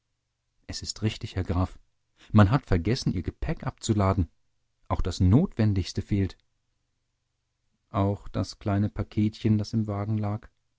es ist richtig herr graf man hat vergessen ihr gepäck abzuladen auch das notwendigste fehlt auch das kleine paketchen das im wagen lag